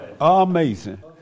Amazing